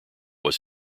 was